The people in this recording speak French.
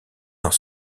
dans